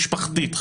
משפחתית,